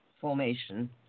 formation